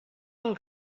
del